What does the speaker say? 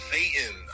Satan